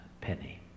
penny